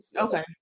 okay